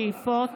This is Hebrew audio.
שאיפות